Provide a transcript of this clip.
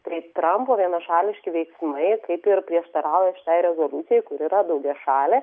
tai trampo vienašališki veiksmai kaip ir prieštarauja šitai rezoliucijai kur yra daugiašalė